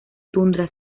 tundra